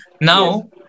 Now